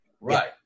Right